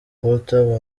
walter